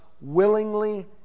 willingly